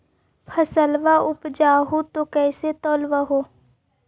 फसलबा उपजाऊ हू तो कैसे तौउलब हो?